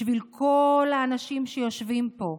בשביל כל האנשים שיושבים פה,